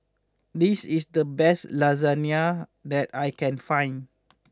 this is the best Lasagna that I can find